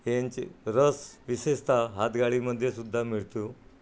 ह्यांचे रस विशेषत हातगाडीमध्ये सुद्धा मिळतो